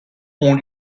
ont